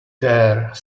dare